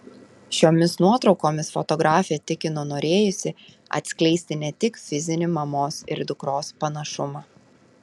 šiomis nuotraukomis fotografė tikino norėjusi atskleisti ne tik fizinį mamos ir dukros panašumą